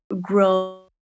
grow